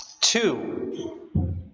Two